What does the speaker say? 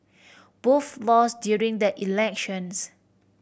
both lost during the elections